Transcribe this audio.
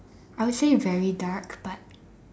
I would say very dark but